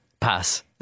Pass